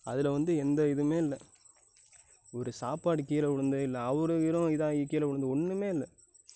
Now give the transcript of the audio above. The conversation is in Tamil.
அதில் வந்து எந்த இதுவுமே இல்லை ஒரு சாப்பாடு கீழே விழுந்து இல்லை அவர் இவரும் இதாகி கீழே விழுந்து ஒன்றுமே இல்லை